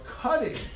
cutting